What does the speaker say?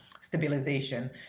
stabilization